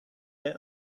yet